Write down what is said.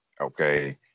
okay